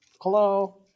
Hello